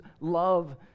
love